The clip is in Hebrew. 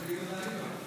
תגיד לו: